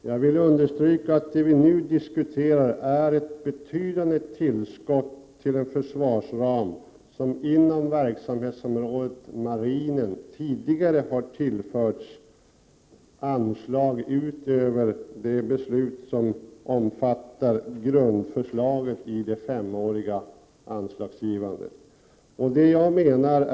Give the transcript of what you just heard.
Herr talman! Jag vill understryka att vad vi nu diskuterar är ett betydande tillskott till den försvarsram som inom verksamhetsområdet marinen tidigare har tillförts anslag utöver det beslut som omfattar grundförslaget i den femåriga ansiagsgivningen.